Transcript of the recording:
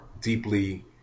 deeply